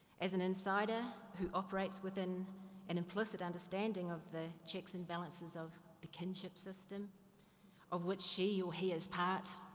as an insider who operates with an, an implicit understanding of the checks and balances of the kinship system of which she or he is part.